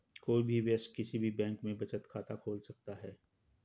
कोई भी वयस्क किसी भी बैंक में बचत खाता खोल सकता हैं